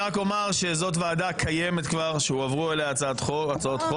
אני רק אומר שזאת ועדה קיימת כבר שהועברו אליה הצעות חוק.